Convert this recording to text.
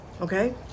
okay